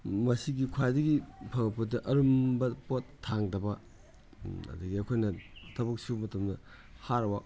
ꯃꯁꯤꯒꯤ ꯈ꯭ꯋꯥꯏꯗꯒꯤ ꯐꯕ ꯄꯣꯠꯇꯤ ꯑꯔꯨꯝꯕ ꯄꯣꯠ ꯊꯥꯡꯗꯕ ꯑꯗꯒꯤ ꯑꯩꯈꯣꯏꯅ ꯊꯕꯛ ꯁꯨꯕ ꯃꯇꯝꯗ ꯍꯥꯔꯗ ꯋꯥꯛ